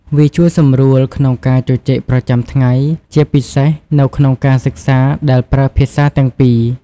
វាជួយសម្រួលក្នុងការជជែកប្រចាំថ្ងៃ ជាពិសេសនៅក្នុងការសិក្សាដែលប្រើភាសាទាំងពីរ។